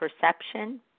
perception